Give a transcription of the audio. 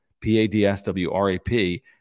P-A-D-S-W-R-A-P